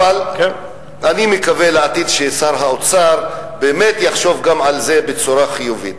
אבל אני מקווה לעתיד ששר האוצר באמת יחשוב גם על זה בצורה חיובית.